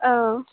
औ